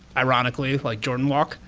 ironically, like jordan walke,